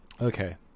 Okay